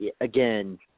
again